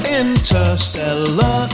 interstellar